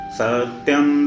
satyam